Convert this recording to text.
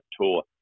tour